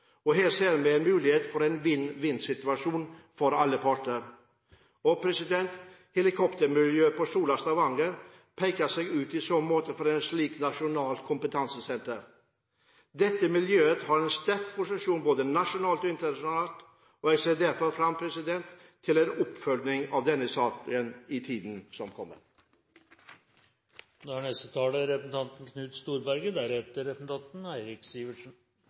internasjonalt. Her ser vi muligheten for en vinn-vinn-situasjon for alle parter. Helikoptermiljøet på Sola/Stavanger peker seg ut i så måte for et slikt nasjonalt kompetansesenter. Dette miljøet har en sterk posisjon både nasjonalt og internasjonalt. Jeg ser derfor fram til en oppfølging av denne saken i tiden som kommer. Etter såpass mye diskusjon rundt prosess skal jeg tillate meg å kun bruke innlegget mitt på det som er